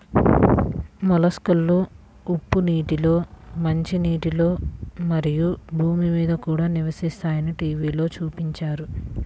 మొలస్క్లు ఉప్పు నీటిలో, మంచినీటిలో, మరియు భూమి మీద కూడా నివసిస్తాయని టీవిలో చూపించారు